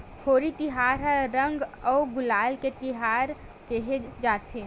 होरी तिहार ल रंग अउ गुलाल के तिहार केहे जाथे